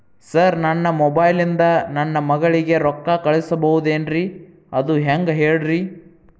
sir ನನ್ನ mobile ಇಂದ ನನ್ನ ಮಗಳಿಗೆ ರೊಕ್ಕಾ ಕಳಿಸಬಹುದೇನ್ರಿ ಅದು ಹೆಂಗ್ ಹೇಳ್ರಿ